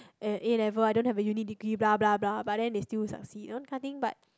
and A-level I don't have a Uni degree blah blah blah but then they still succeed you know that kind of thing but